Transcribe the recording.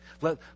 Let